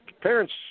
parents, –